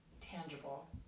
tangible